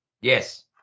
Yes